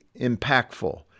impactful